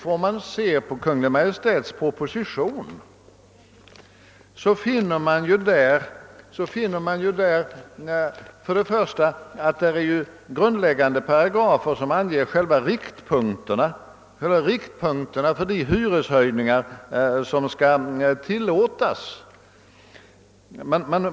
Ty om man ser på Kungl. Maj:ts proposition finner man först och främst att grundläggande paragrafer anger själva riktpunkterna för de höjningar som skall tillåtas.